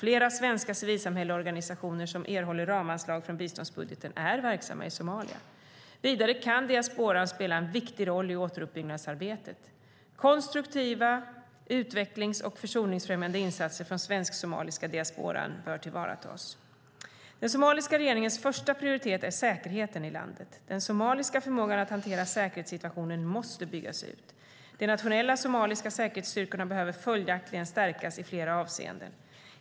Flera svenska civilsamhällesorganisationer som erhåller ramanslag från biståndsbudgeten är verksamma i Somalia. Vidare kan diasporan spela en viktig roll i återuppbyggnadsarbetet. Konstruktiva utvecklings och försoningsfrämjande insatser från den svensk-somaliska diasporan bör tillvaratas. Den somaliska regeringens första prioritet är säkerheten i landet. Den somaliska förmågan att hantera säkerhetssituationen måste byggas ut. De nationella somaliska säkerhetsstyrkorna behöver följaktligen stärkas i flera avseenden.